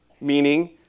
Meaning